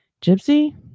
Gypsy